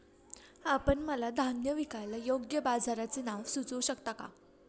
आपण मला धान्य विकायला योग्य बाजाराचे नाव सुचवू शकता का?